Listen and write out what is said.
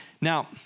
Now